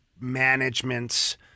management's